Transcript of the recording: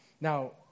Now